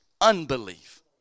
unbelief